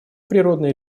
природные